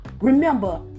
Remember